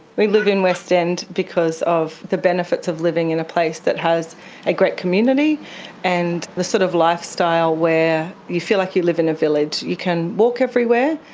we live in west end because of the benefits of living in a place that has a great community and the sort of lifestyle where you feel like you live in a village. you can walk everywhere.